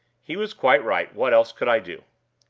he was quite right what else could i do?